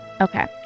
Okay